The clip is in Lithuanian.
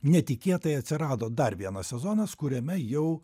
netikėtai atsirado dar vienas sezonas kuriame jau